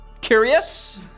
Curious